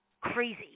crazy